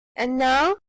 and now,